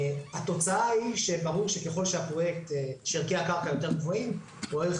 התוצאה היא שברור שככל שערכי הקרקע יותר גבוהים או ערך